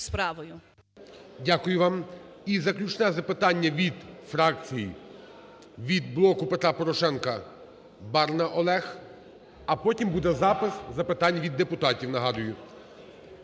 Дякую вам. І заключне запитання від фракції, від "Блоку Петра Порошенка" – Барна Олег. А потім буде запис запитань від депутатів, нагадую.